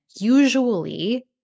usually